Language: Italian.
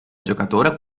giocatore